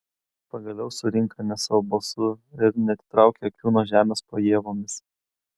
pagaliau surinka ne savo balsu ir neatitraukia akių nuo žemės po ievomis